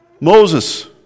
Moses